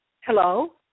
Hello